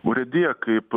urėdija kaip